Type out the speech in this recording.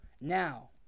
now